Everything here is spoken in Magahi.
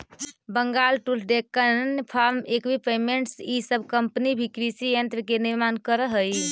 Bengal tools, Deccan farm equipments इ सब कम्पनि भी कृषि यन्त्र के निर्माण करऽ हई